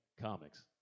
comics